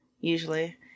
usually